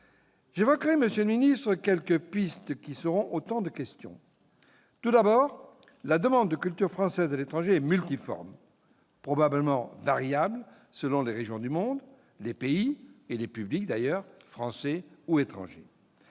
j'évoquerai quelques pistes qui seront autant de questions. Tout d'abord, la demande de culture française à l'étranger est multiforme et probablement variable selon les régions du monde, les pays et les publics, français ou étrangers.